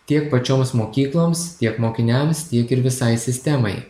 tiek pačioms mokykloms tiek mokiniams tiek ir visai sistemai